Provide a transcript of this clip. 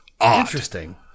Interesting